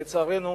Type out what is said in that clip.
לצערנו,